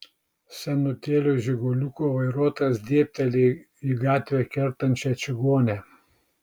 senutėlio žiguliuko vairuotojas dėbteli į gatvę kertančią čigonę